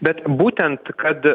bet būtent kad